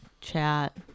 chat